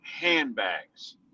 handbags